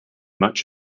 much